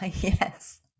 yes